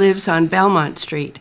lives on belmont street